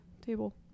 table